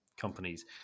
companies